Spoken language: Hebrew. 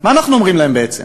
מה אנחנו אומרים להם בעצם?